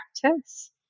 practice